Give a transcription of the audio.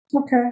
Okay